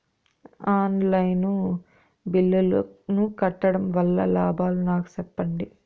On line బిల్లుల ను కట్టడం వల్ల లాభాలు నాకు సెప్పండి?